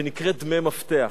שנקראת "דמי מפתח".